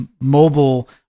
mobile